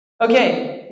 Okay